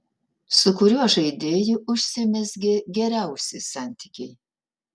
su kuriuo žaidėju užsimezgė geriausi santykiai